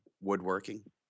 woodworking